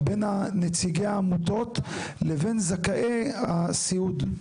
בין נציגי העמותות, לבין זכאי הסיעוד.